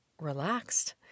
relaxed